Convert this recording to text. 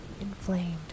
inflamed